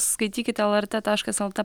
skaitykite lrt taškas lt